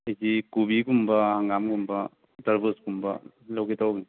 ꯍꯥꯏꯗꯤ ꯀꯣꯕꯤꯒꯨꯝꯕ ꯍꯪꯒꯥꯝꯒꯨꯝꯕ ꯇꯔꯕꯨꯖ ꯀꯨꯝꯕ ꯂꯧꯒꯦ ꯇꯧꯕꯅꯦ